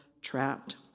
trapped